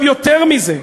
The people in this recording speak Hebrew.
יותר מזה,